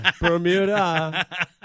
Bermuda